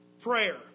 prayer